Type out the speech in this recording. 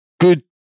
good